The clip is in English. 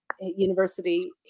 university